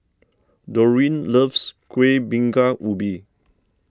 Doreen loves Kuih Bingka Ubi